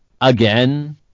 again